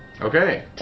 Okay